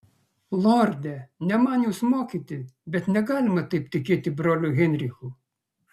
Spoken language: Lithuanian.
lorde ne man jus mokyti bet negalima taip tikėti broliu heinrichu